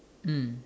mm